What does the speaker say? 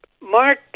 Mark